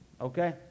Okay